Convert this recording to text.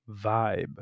vibe